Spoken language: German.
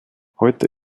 heute